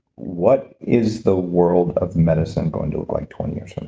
what is the world of medicine going to look like twenty years from